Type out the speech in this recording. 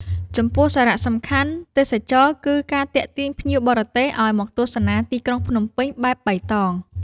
ចំពោះសារៈសំខាន់សម្រាប់ទេសចរណ៍ គឺការទាក់ទាញភ្ញៀវបរទេសឱ្យមកទស្សនាទីក្រុងភ្នំពេញបែបបៃតង។